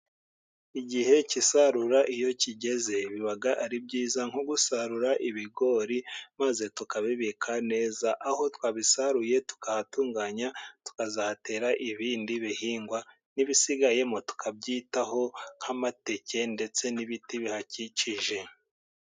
Igihe cy'isarura iyo kigeze biba ari byiza. Nko gusarura ibigori maze tukabibika neza. Aho twabisaruye tukahatunganya tukazatera ibindi bihingwa, n'ibisigayemo tukabyitaho nk'amateke ndetse n'ibiti bihakikije.